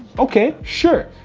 okay, sure.